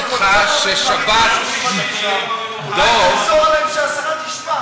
אולי תחזור עליהם, שהשרה תשמע.